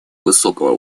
высокого